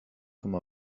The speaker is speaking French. comme